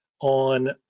on